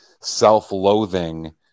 self-loathing